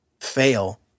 fail